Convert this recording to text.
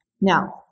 Now